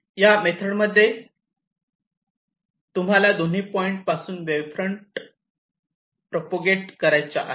या मेथड मध्ये हे तुम्हाला दोन्ही पॉइंट पासून वेव्ह फ्रंट प्रप्रोगेट करायच्या आहेत